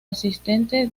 asistente